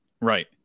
Right